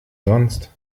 sonst